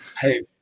Hey